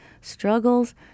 struggles